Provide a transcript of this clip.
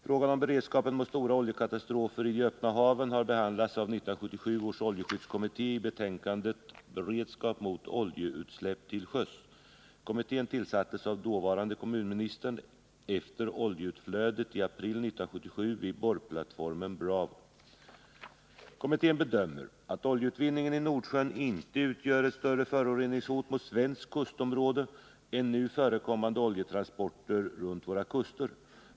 Frågan om beredskapen mot stora oljekatastrofer i de öppna haven har behandlats av 1977 års oljeskyddskommitté i betänkandet Beredskap mot oljeutsläpp till sjöss. Kommittén tillsattes av dåvarande kommunministern efter oljeutflödet i april 1977 vid borrplattformen Bravo. Kommittén bedömer att oljeutvinningen i Nordsjön inte utgör ett större föroreningshot mot svenskt kustområde än nu förekommande oljetransporter runt våra kuster.